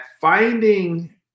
finding